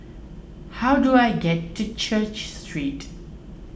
how do I get to Church Street